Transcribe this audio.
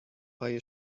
های